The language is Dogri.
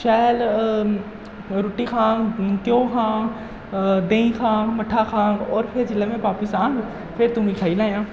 शैल रूटी खाह्ङ घ्यो खाह्ङ देहीं खाह्ङ मट्ठा खाह्ङ होर में जिसलै में बापस आंङ फेर तूं मिगी खाई लैएआं